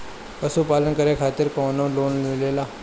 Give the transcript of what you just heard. पशु पालन करे खातिर काउनो लोन मिलेला?